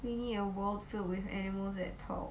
we need a world filled with animals and talk